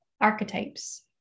archetypes